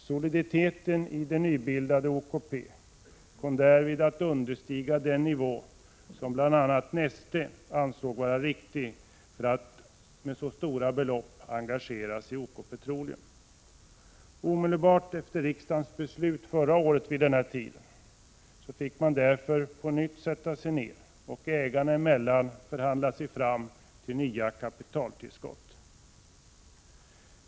Soliditeten i det nybildade OKP kom därvid att understiga den nivå som bl.a. Neste ansåg vara riktig för att med så stora belopp engagera sig i OK Petroleum. Omedelbart efter riksdagens beslut förra året vid den här tiden fick man därför på nytt sätta sig ner och ägarna emellan förhandla sig fram till nya kapitaltillskott.